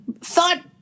thought